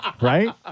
right